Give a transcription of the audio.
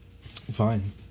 fine